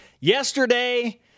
Yesterday